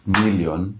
million